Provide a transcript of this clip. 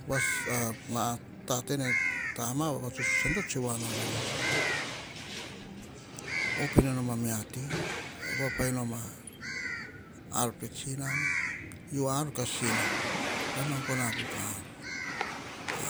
Upas a matate ne tama vavatuts voso mane to tose voa na veni. Op inoma nom a ar pa mia ti, va papai nom a ar pe tsinam, u ar ka sino. Baim agono a kuka ar. A,